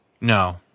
No